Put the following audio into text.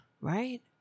right